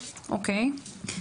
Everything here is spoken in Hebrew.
אוקיי.